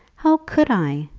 how could i?